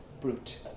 brute